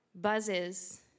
buzzes